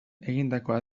egindakoa